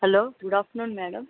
hello good afternoon madam